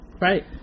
right